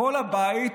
כל הבית,